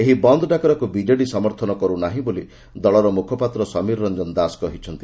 ଏହି ବନ୍ଦ ଡାକରାକୁ ବିଜେଡ଼ି ସମର୍ଥନ କରୁନାହିଁ ବୋଲି ଦଳର ମୁଖପାତ୍ର ସମୀରରଞ୍ଞନ ଦାସ କହିଛନ୍ତି